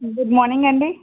good morning అండి